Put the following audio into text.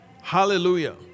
Hallelujah